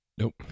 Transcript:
Nope